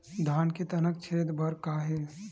धान के तनक छेदा बर का हे?